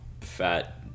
fat